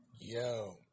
Yo